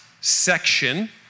section